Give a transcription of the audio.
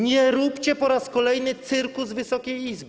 Nie róbcie po raz kolejny cyrku z Wysokiej Izby.